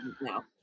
no